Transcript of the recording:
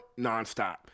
nonstop